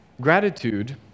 gratitude